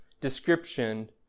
description